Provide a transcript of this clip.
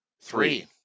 Three